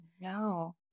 no